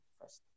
first